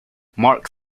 mark